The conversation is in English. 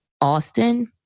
Austin